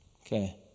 Okay